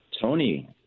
Tony